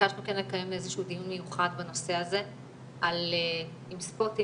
וביקשנו לקיים דיון מיוחד בנושא הזה עם ספוטים